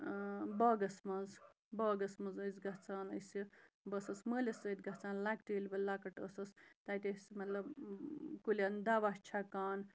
باغَس منٛز باغَس منٛز ٲسۍ گژھان أسہِ بہٕ ٲسٕس مٲلِس سۭتۍ گژھان لَکٹہِ ییٚلہِ بہٕ لَکٕٹ ٲسٕس تَتہِ ٲسۍ مطلب کُلٮ۪ن دَوا چھَکان